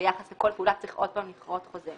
שביחס לכל פעולה צריך עוד פעם לכרות חוזה.